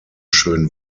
schön